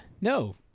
No